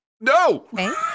No